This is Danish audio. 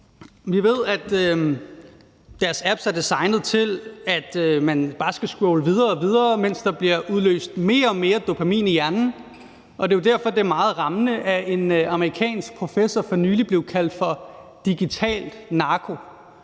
Vi ved, at deres apps er designet til, at man bare skal scrolle videre og videre, mens der bliver udløst mere og mere dopamin i hjernen, og det er jo derfor, at det meget rammende af en amerikansk professor for nylig blev kaldt for digitalt narko.